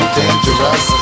dangerous